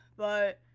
but,